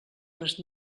les